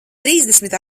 trīsdesmit